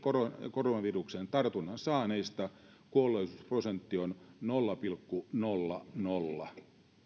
koronaviruksen tartunnan saaneista kuolleisuusprosentti on nolla pilkku nolla nolla